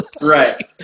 Right